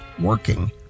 working